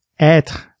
être